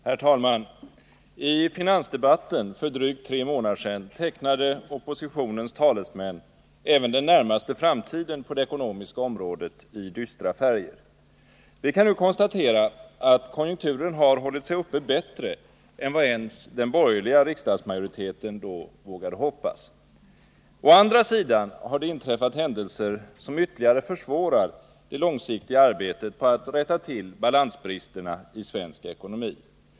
Herr talman! I finansdebatten för drygt tre månader sedan tecknade oppositionens talesmän även den närmaste framtiden på det ekonomiska området i dystra färger. Vi kan nu konstatera att konjunkturen har hållit sig uppe bättre än vad ens den borgerliga riksdagsmajoriteten då vågade hoppas. Å andra sidan har det inträffat händelser, som ytterligare försvårar det långsiktiga arbetet på att rätta till balansbristerna i svensk ekonomi.